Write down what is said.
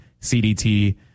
CDT